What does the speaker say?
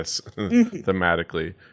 thematically